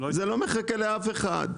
זה לא מחכה לאף אחד.